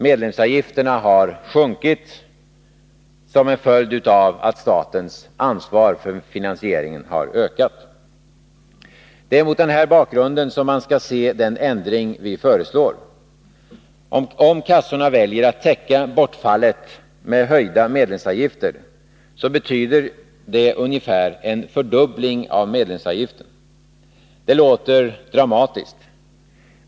Medlemsavgifterna har sjunkit som en följd av att statens ansvar för finansieringen har ökat. Det är mot den här bakgrunden man skall se den ändring vi föreslår. Om kassorna väljer att täcka bortfallet med höjda medlemsavgifter, så betyder det ungefär en fördubbling av medlemsavgifterna. Det låter dramatiskt.